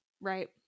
Right